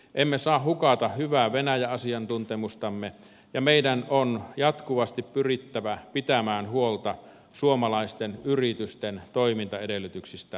emme saa hukata hyvää venäjä asiantuntemustamme ja meidän on jatkuvasti pyrittävä pitämään huolta suomalaisten yritysten toimintaedellytyksistä venäjällä